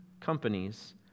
companies